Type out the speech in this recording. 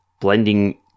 Blending